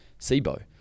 SIBO